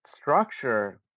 structure